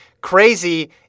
crazy